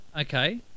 Okay